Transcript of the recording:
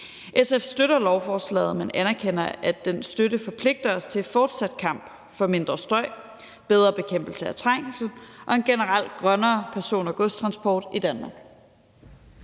SF støtter lovforslaget, men anerkender, at den støtte forpligter os til en fortsat kamp for mindre støj, bedre bekæmpelse af trængsel og en generelt grønnere person- og godstransport i Danmark.